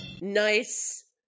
Nice